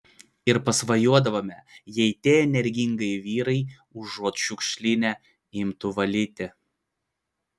ir pasvajodavome jei tie energingi vyrai užuot šiukšlinę imtų valyti